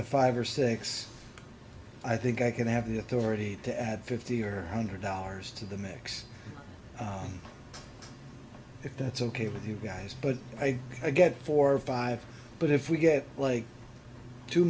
to five or six i think i could have the authority to add fifty or a hundred dollars to the mix if that's ok with you guys but i get four or five but if we get like two